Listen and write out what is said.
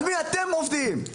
על מי אתם עובדים?